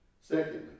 Secondly